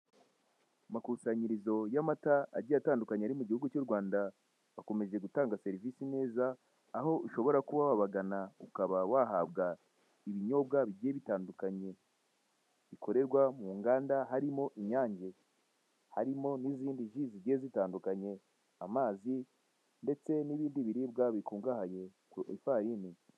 Makusanyirizo y'amata agiye atandukanye ari mu gihugu cy'uRwanda, akomeje gutanga serivisi neza aho ushobora kuba wabagana ukaba wahabwa ibinyobwa bigiye bitandukanye bikorerwa mu nganda harimo inyange, harimo n'izindi ji zigiye zitandukanye, amazi ndeste n'ibindi biribwa bikungahaye ku ifarine.